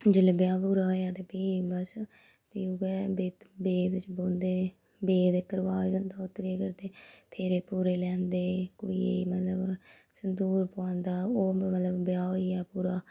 जेल्लै ब्याह् पूरा होएआ ते फ्ही बस फ्ही उ'यै बेद बिच्च बौंंह्दे बेद इक रवाज़ ऐ उत्थै केह् करदे फेरे फुरे लैंदे कुड़ियै गी मतलब संदूर पाोआंदा मतलब ब्याह् होई गेआ पूरा